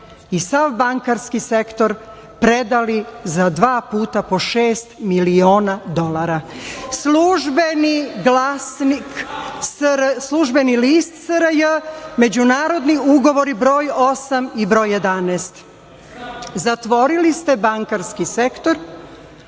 i sav bankarski sektor predali za dva puta po šest miliona dolara.„Službeni list SRJ“, međunarodni ugovori broj 8. i broj 11. Zatvorili ste bankarski sektor